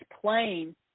plain